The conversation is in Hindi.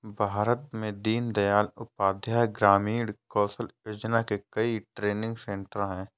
भारत में दीन दयाल उपाध्याय ग्रामीण कौशल योजना के कई ट्रेनिंग सेन्टर है